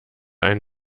ein